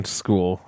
school